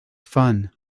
fun